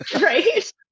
right